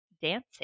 dancing